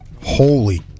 Holy